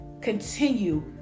continue